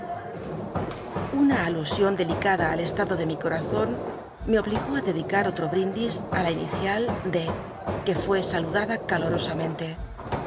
una alusion delicada al estado de mi corazon me obligó li dedicar otro brindis ti la inicial d que fué saludada